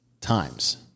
times